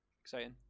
Exciting